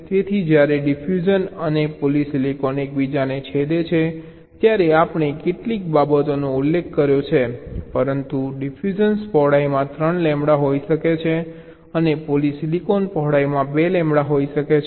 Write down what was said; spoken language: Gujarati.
તેથી જ્યારે ડિફ્યુઝન અને પોલિસિલિકોન એકબીજાને છેદે છે ત્યારે આપણે કેટલીક બાબતોનો ઉલ્લેખ કર્યો છે પરંતુ ડિફ્યુઝન પહોળાઈમાં 3 લેમ્બડા હોઈ શકે છે અને પોલિસિલિકન પહોળાઈમાં 2 લેમ્બડા હોઈ શકે છે